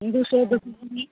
ᱫᱩᱥᱚ